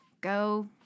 go